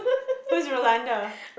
who's Rolanda